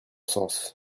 sens